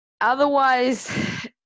Otherwise